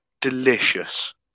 Delicious